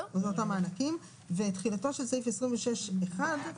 (ג)תחילתו של סעיף 26(1)